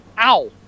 Ow